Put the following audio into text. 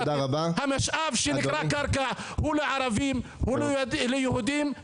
המשאב שנקרא קרקע הוא לערבים, הוא ליהודים.